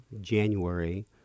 January